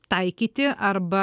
taikyti arba